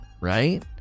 Right